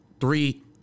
three